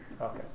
Okay